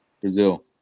Brazil